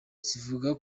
zivuga